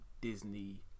Disney